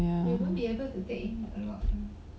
ya hor